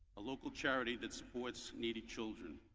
a local charity that supports needy children